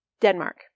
Denmark